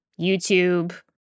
YouTube